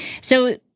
So-